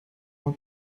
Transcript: uma